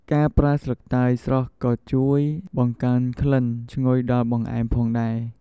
ការប្រើស្លឹកតើយស្រស់ក៏ជួយបង្កើនក្លិនឈ្ងុយដល់បង្អែមផងដែរ។